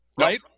right